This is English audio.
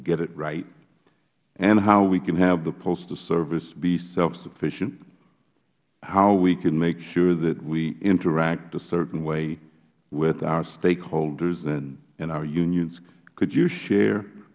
get it right and how we can have the postal service be self sufficient how we can make sure that we interact a certain way with our stakeholders and our unions could you